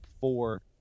four